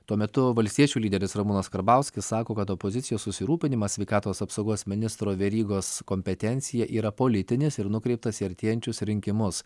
tuo metu valstiečių lyderis ramūnas karbauskis sako kad opozicijos susirūpinimas sveikatos apsaugos ministro verygos kompetencija yra politinis ir nukreiptas į artėjančius rinkimus